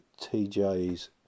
TJ's